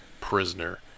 prisoner